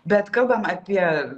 bet kalbam apie